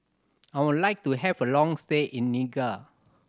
I would like to have a long stay in Niger